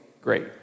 great